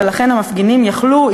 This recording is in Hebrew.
ולכן המפגינים היו יכולים,